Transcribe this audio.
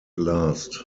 last